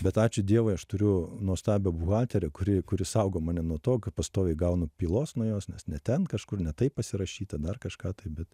bet ačiū dievui aš turiu nuostabią buhalterę kuri kuri saugo mane nuo to kad pastoviai gaunu pylos nuo jos nes ne ten kažkur ne taip pasirašyta dar kažką bet